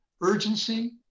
urgency